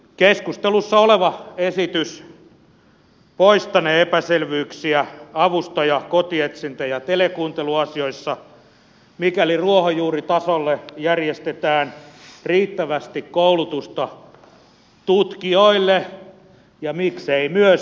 keskustelussa oleva esitys poistanee epäselvyyksiä avustaja kotietsintä ja telekuunteluasioissa mikäli ruohonjuuritasolle järjestetään riittävästi koulutusta tutkijoille ja miksei myös epäillyn puolustukselle